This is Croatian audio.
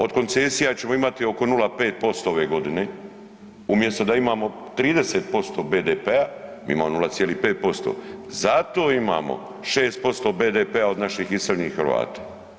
Od koncesija ćemo imati oko 0,5% ove godine umjesto da imamo 30% BDP-a, mi imamo 0,5%. zato imamo 6% BDP-a od naših iseljenih Hrvata.